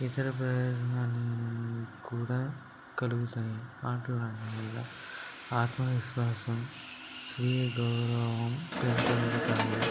ఇతర ప్రయోజనాలు కూడా కలుగుతాయి ఆటలాడడం వల్ల ఆత్మవిశ్వాసం స్వీయ గౌరవం పెంపొందుతాయి